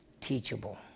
teachable